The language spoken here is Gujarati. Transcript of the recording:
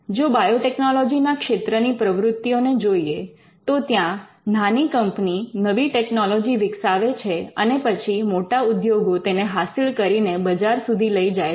જો બાયોટેકનોલોજી ના ક્ષેત્રની પ્રવૃત્તિઓને જોઈએ તો ત્યાં નાની કંપની નવી ટેકનોલોજી વિકસાવે છે અને પછી મોટા ઉદ્યોગો તેને હાસિલ કરીને બજાર સુધી લઇ જાય છે